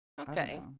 Okay